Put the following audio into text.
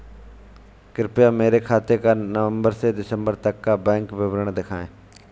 कृपया मेरे खाते का नवम्बर से दिसम्बर तक का बैंक विवरण दिखाएं?